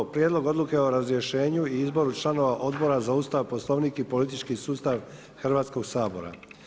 1. Prijedlog Odluke o razrješenju i izboru članova Odbora za Ustav, Poslovnik i politički sustav Hrvatskog sabora.